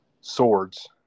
swords